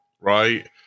right